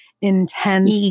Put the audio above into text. intense